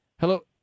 Hello